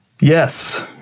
Yes